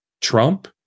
Trump